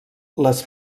les